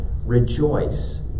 rejoice